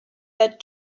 that